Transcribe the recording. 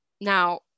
Now